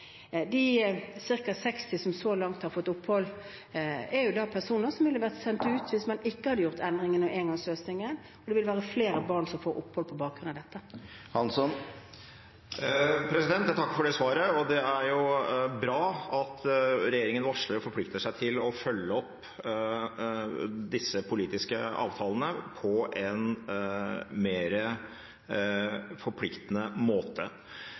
de vært her lenge? De ca. 60 som så langt har fått opphold, er personer som ville vært sendt ut hvis man ikke hadde gjort endringene og fått engangsløsningen. Det vil være flere barn som får opphold på bakgrunn av dette. Jeg takker for det svaret. Det er bra at regjeringen varsler at den vil følge opp disse politiske avtalene på en mer forpliktende måte.